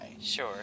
Sure